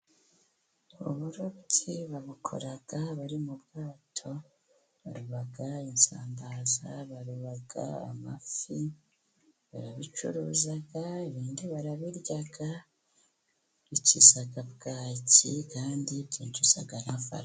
Uburobyi babukora bari mu bwato, barobaba insambaza, baroba amafi, barabicuruza ibindi barabirya, bikiza bwaki kandi byinjiza kandi byinjiza amafaranga.